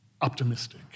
optimistic